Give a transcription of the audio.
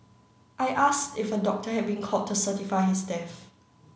I asked if a doctor had been called to certify his death